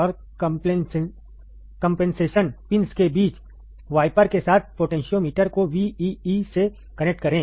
और compensation pins के बीच वाइपर के साथ पोटेंशियोमीटर को VEE से कनेक्ट करें